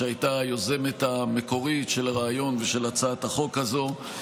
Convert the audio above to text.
שהייתה היוזמת המקורית של הרעיון ושל הצעת החוק הזו.